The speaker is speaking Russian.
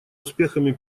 успехами